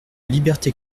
liberté